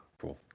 cool